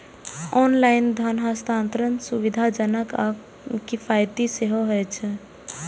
online धन हस्तांतरण सुविधाजनक आ किफायती सेहो होइ छै